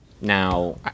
Now